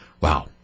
Wow